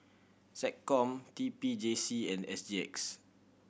SecCom T P J C and S G X